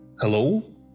hello